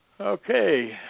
Okay